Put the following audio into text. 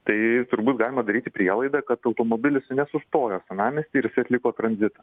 tai turbūt galima daryti prielaidą kad automobilis nesustojo senamiesty ir jisai atliko tranzitą